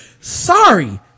sorry